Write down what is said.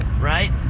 right